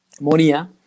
Monia